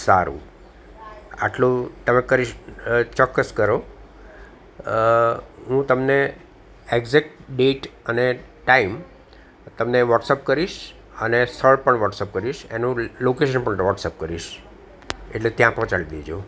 સારું આટલું તમે કરી ચોક્કસ કરો હું તમને એક્જેટ ડેટ અને ટાઈમ તમને વોટ્સએપ કરીશ અને સ્થળ પણ વોટ્સએપ કરીશ એનું લોકેશન પણ વોટ્સએપ કરીશ એટલે ત્યાં પહોંચાડી દેજો